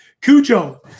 Cujo